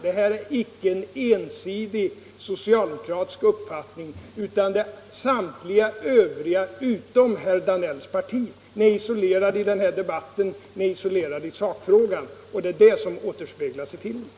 Detta är icke en ensidig socialdemokratisk uppfattning, utan den delas av samtliga partier utom av herr Danells parti. Ni är isolerade i denna debatt och i sakfrågan. Det är det som återspeglas i filmen.